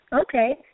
Okay